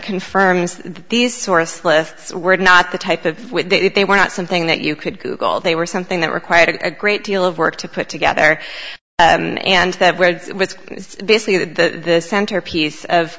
confirms these source lists were not the type that they were not something that you could google they were something that required a great deal of work to put together and it's basically the centerpiece of